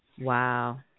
Wow